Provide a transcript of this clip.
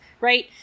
right